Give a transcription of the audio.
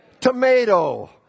tomato